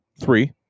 three